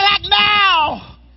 now